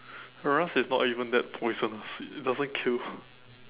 rust is not even that poisonous it doesn't kill